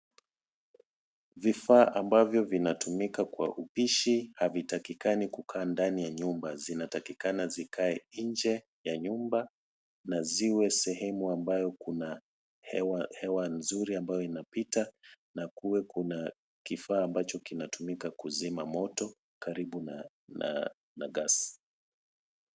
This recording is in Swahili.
Vifaa ambavyo vinatumika kwa upishi havitakikani kukaa ndani ya nyumba. Zinatatkina zikae nje ya nyumba na ziwe sehemu ambayo kuna hewa nzuri ambayo inapita na kuwe kuna kifaa ambacho kinatumika kuzima moto karibu na gas .